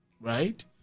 right